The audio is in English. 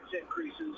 increases